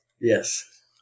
Yes